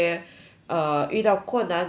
err 遇到困难的人